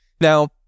Now